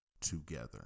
together